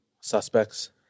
suspects